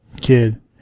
kid